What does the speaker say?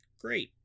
great